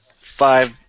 five